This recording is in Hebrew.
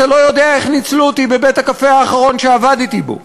אתה לא יודע איך ניצלו אותי בבית-הקפה האחרון שעבדתי בו.